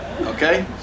Okay